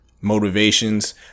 motivations